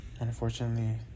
Unfortunately